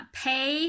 pay